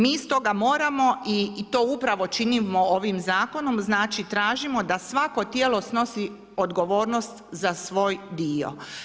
Mi stoga moramo i to upravo činimo ovim zakonom, znači tražimo da svako tijelo snosi odgovornost za svoj dio.